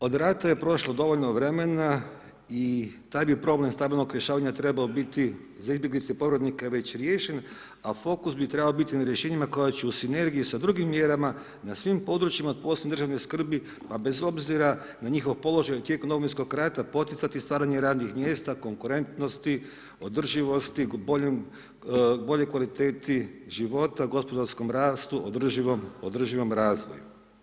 Od rata je prošlo dovoljno vremena i taj bi problem stambenog rješavanja trebao biti za izbjeglice i povratnike već riješen, a fokus bi trebao biti na rješenjima koja će u sinergiji sa drugim mjerama na svim područjima od posebne državne skrbi, pa bez obzira na njihov položaj u tijeku Domovinskog rata poticati stvaranje radnih mjesta, konkurentnosti, održivosti, boljoj kvaliteti života, gospodarskom rastu, održivom razvoju.